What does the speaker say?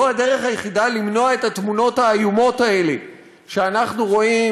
זו הדרך היחידה למנוע את התמונות האיומות האלה שאנחנו רואים,